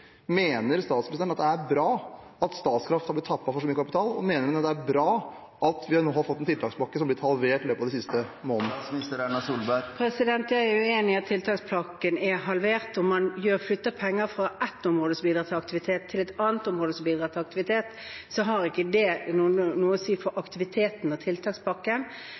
Mener statsministeren at det er bra at Statkraft skal bli tappet for så mye kapital, og mener hun at det er bra at vi nå har fått en tiltakspakke som er blitt halvert i løpet av de siste månedene? Jeg er uenig i at tiltakspakken er halvert. Om man flytter penger fra ett område som bidrar til aktivitet, til et annet område som bidrar til aktivitet, så har ikke det noe å si for aktiviteten og tiltakspakken.